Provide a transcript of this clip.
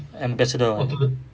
ambassador